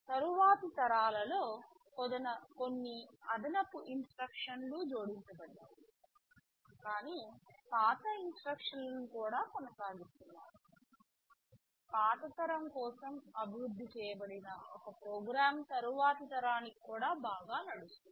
తరువాతి తరాలలో కొన్ని అదనపు ఇన్స్ట్రక్షన్లు జోడించబడ్డాయి కాని పాత ఇన్స్ట్రక్షన్లును కూడా కొనసాగిస్తున్నారు పాత తరం కోసం అభివృద్ధి చేయబడిన ఒక ప్రోగ్రామ్ తరువాతి తరానికి కూడా బాగా నడుస్తుంది